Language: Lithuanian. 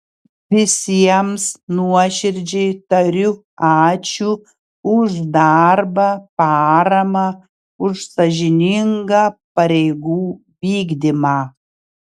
visiems nuoširdžiai tariu ačiū už darbą paramą už sąžiningą pareigų vykdymą